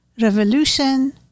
revolution